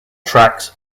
tracks